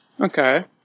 Okay